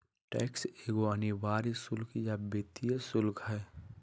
tax एगो अनिवार्य शुल्क या वित्तीय शुल्क हइ